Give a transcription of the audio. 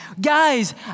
guys